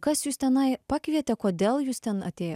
kas jus tenai pakvietė kodėl jūs ten atėjo